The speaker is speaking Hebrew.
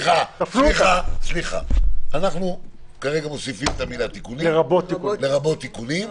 אנחנו כרגע מוסיפים את המילים "לרבות תיקונים".